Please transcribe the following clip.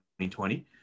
2020